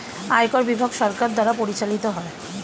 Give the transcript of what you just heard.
আয়কর বিভাগ সরকার দ্বারা পরিচালিত হয়